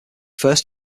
first